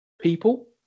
people